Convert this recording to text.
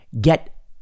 Get